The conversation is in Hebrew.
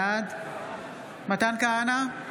בעד מתן כהנא,